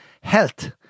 Health